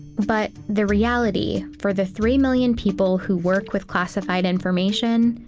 but the reality, for the three million people who work with classified information,